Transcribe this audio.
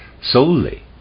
solely